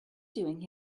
doing